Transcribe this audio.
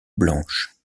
blanche